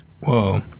Whoa